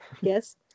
Yes